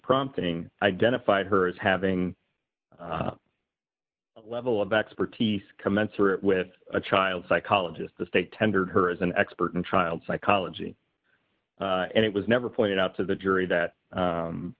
prompting identified her as having a level of expertise commensurate with a child psychologist the state tendered her as an expert in child psychology and it was never pointed out to the jury that